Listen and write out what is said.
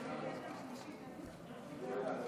סעיף